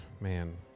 man